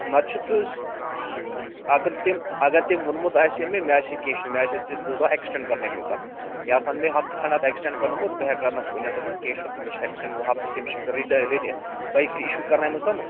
نَتہٕ چھُ تہٕ اگر تِم اگر تِم ووٚنمُت آسہِ ہے مےٚ مےٚ آسہِ ہے کیٚنٛہہ چھُنہٕ مےٚ آسہِ ہے تَتھ زٕ دۄہ ایٚکٕسٹینٛڈ کَرنٲمٕتۍ تَتھ یا آسہٕ ہَن مےٚ ہَفتہٕ کَھنٛڈ اَتھ ایٚکٕسٹینٛڈ کَرنوومُت بہٕ ہیٚکہٕ ہا نہٕ ؤنِتھ یِمن کیٚنٛہہ چھُنہٕ تٔمِس چھُ ایٚکٕسٹینٛڈ گوٚومُت ہَفتہٕ تٔمِس چھُ ریدۍ ریدۍ دۅیہِ پھِرِ اِشوٗ کَرنٲمٕتۍ تِمہٕ